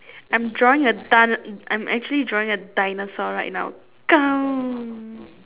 I'm drawing a di~ I'm actually drawing a dinosaur right now